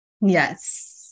Yes